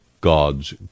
God's